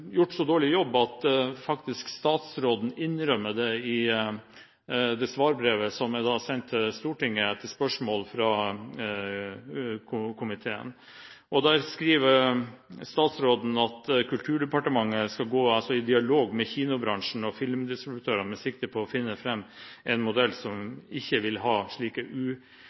gjort så dårlig jobb at statsråden faktisk innrømmer det i svarbrevet som er sendt til Stortinget etter spørsmålet fra komiteen. Der skriver statsråden at Kulturdepartementet skal gå i dialog med kinobransjen og filmdistributørene med sikte på å finne fram til en modell som ikke vil ha slike